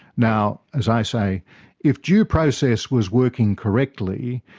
now as i say if due process was working correctly,